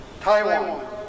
Taiwan